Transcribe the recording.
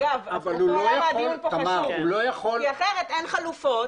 כי אחרת אין חלופות,